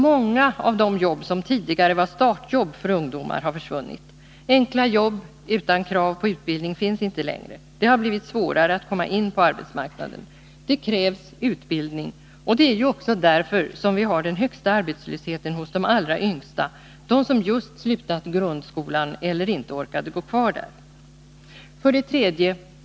Många av de jobb som tidigare var startjobb för ungdomar har försvunnit. Enkla jobb utan krav på utbildning finns inte längre. Det har blivit svårare att komma in på arbetsmarknaden — det krävs utbildning. Det är också därför vi har den högsta arbetslösheten hos de allra yngsta, de som just slutat grundskolan eller inte orkade gå kvar där. 3.